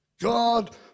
God